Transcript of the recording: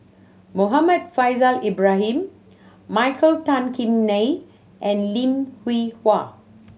Muhammad Faishal Ibrahim Michael Tan Kim Nei and Lim Hwee Hua